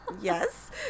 Yes